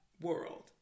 world